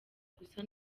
gusa